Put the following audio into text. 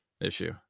issue